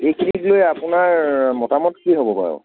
এইটো লৈ আপোনাৰ মতামত কি হ'ব বাৰু